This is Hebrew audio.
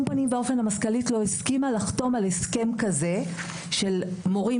פנים ואופן המזכ"לית לא הסכימה לחתום על הסכם כזה של מורים